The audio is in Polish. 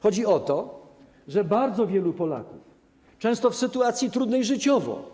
Chodzi o to, że bardzo wielu Polaków jest często w sytuacji trudnej życiowo.